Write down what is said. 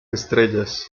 estrellas